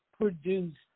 produced